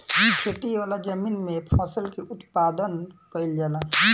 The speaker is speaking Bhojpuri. खेती वाला जमीन में फसल के उत्पादन कईल जाला